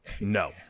No